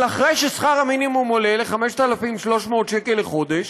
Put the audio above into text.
אבל אחרי ששכר המינימום עולה ל-5,300 שקל לחודש,